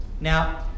Now